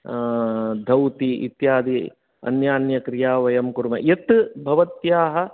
धौति इत्यादि अन्यान्यक्रिया वयं कुर्मः यत् भवत्याः